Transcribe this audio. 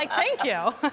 like thank you.